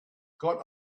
got